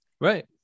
right